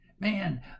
Man